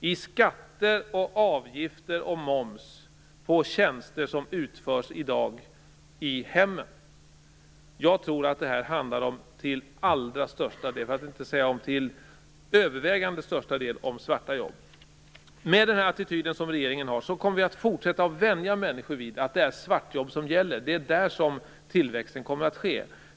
i form av skatter och avgifter och moms på tjänster som i dag utförs i hemmen? Jag tror att det här till absolut övervägande del handlar om svarta jobb. Med den attityd som regeringen har kommer vi att fortsätta vänja människor vid att det är svartjobb som gäller. Det är där tillväxten kommer att ske.